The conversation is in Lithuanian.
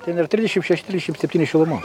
ten yra trisdešimt šeši trisdešimt septyni šilumos